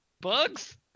Bugs